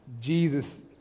Jesus